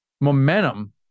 momentum